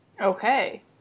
Okay